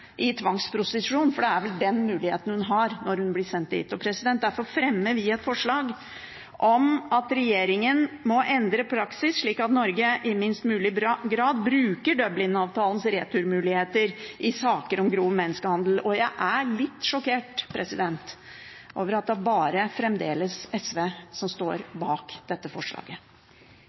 i tvangsprostitusjon, for det er vel den muligheten hun har når hun blir sendt dit. Derfor fremmer vi et forslag om at regjeringen må endre praksis slik at Norge i minst mulig grad bruker Dublin-avtalens returmuligheter i saker med grov menneskehandel. Jeg er litt sjokkert over at det fremdeles bare er SV som står bak dette forslaget.